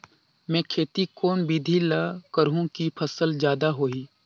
मै खेती कोन बिधी ल करहु कि फसल जादा होही